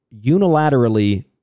unilaterally